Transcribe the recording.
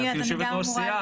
את יושבת-ראש סיעה,